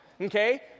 Okay